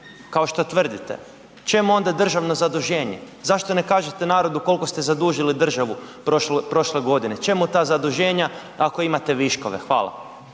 kao što tvrdite čemu onda državno zaduženje. Zašto ne kažete narodu koliko ste zadužili državu prošle godine, čemu ta zaduženja ako imate viškove? Hvala.